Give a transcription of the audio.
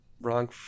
wrong